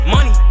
Money